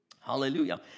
Hallelujah